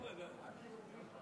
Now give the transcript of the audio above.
יאיר גולן.